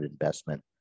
investment